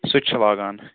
سُہ تہِ چھِ لاگان